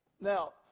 now